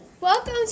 welcome